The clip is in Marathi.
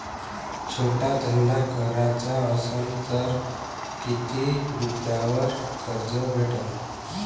छोटा धंदा कराचा असन तर किती रुप्यावर कर्ज भेटन?